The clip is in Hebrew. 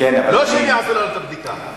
לא הם יעשו לנו את הבדיקה.